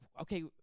okay